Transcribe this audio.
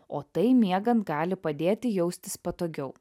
o tai miegant gali padėti jaustis patogiau